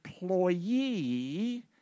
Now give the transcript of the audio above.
employee